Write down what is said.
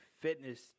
fitness